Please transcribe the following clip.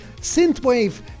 Synthwave